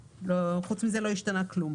וחוץ מזה לא השתנה כלום.